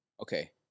Okay